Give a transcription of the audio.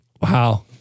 Wow